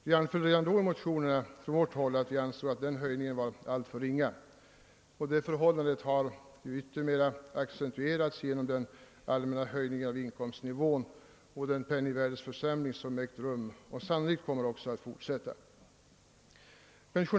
Vi anförde redan då i motioner från vårt håll att vi ansåg höjningen alltför ringa, och det förhållandet har ytterliga accentuerats genom den allmänna höjningen av inkomstnivån och den penningvärdeförsämring som ägt rum och sannolikt också kommer att fortsätta.